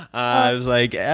i was like,